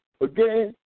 again